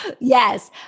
Yes